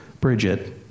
Bridget